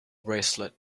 bracelet